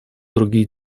другие